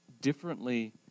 differently